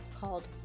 called